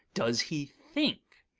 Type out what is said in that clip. does he think.